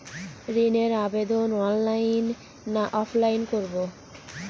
ঋণের আবেদন অনলাইন না অফলাইনে করব?